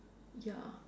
ya